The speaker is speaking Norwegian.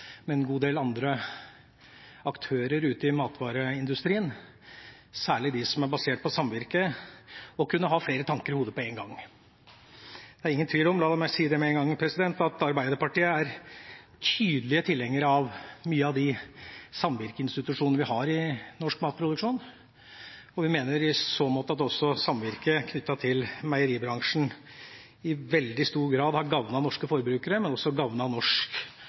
med en gang – at Arbeiderpartiet er en tydelig tilhenger av mange av de samvirkeinstitusjonene vi har i norsk matproduksjon. Vi mener i så måte at samvirket knyttet til meieribransjen i veldig stor grad har gavnet norske forbrukere, men også gavnet norsk